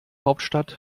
hauptstadt